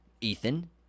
Ethan